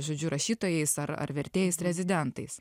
žodžiu rašytojais ar ar vertėjais rezidentais